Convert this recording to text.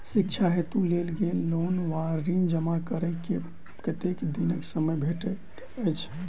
शिक्षा हेतु लेल गेल लोन वा ऋण जमा करै केँ कतेक दिनक समय भेटैत अछि?